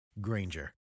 granger